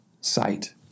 sight